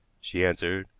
she answered,